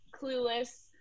clueless